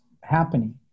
happening